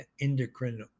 endocrine